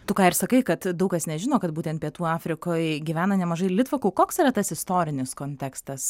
tu ką ir sakai kad daug kas nežino kad būtent pietų afrikoj gyvena nemažai litvakų koks yra tas istorinis kontekstas